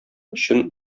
өчен